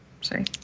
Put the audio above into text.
Sorry